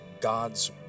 God's